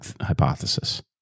hypothesis